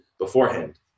beforehand